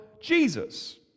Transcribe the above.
Jesus